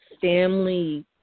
family